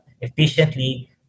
efficiently